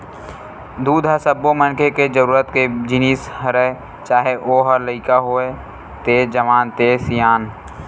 दूद ह सब्बो मनखे के जरूरत के जिनिस हरय चाहे ओ ह लइका होवय ते जवान ते सियान